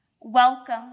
Welcome